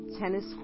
Tennis